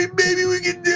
ah maybe we can